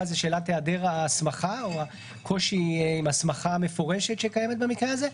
זו שאלת היעדר ההסמכה או הקושי עם הסמכה מפורשת שקיימת במקרה הזה.